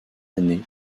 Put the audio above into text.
année